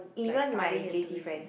even my j_c friends